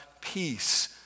peace